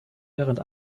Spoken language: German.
während